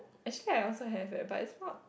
actually I also have leh but it's not